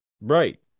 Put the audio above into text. Right